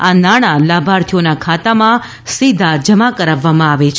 આ નાણા લાભાર્થીઓના ખાતામાં સીધા જમા કરાવવામાં આવે છે